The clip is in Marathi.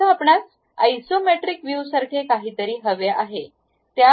आता आपणास आयसोमेट्रिक व्ह्यूसारखे काहीतरी हवे आहे